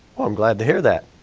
i'm glad to hear that.